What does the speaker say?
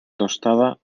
tostada